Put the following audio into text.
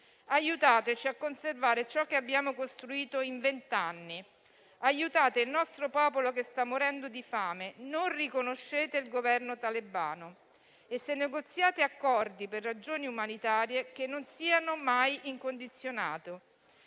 Aiutateci a conservare ciò che abbiamo costruito in vent'anni. Aiutate il nostro popolo che sta morendo di fame. Non riconoscete il Governo talebano e, se negoziate accordi per ragioni umanitarie, che non siano mai incondizionati: